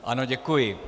Ano, děkuji.